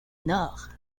nord